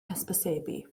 hysbysebu